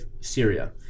Syria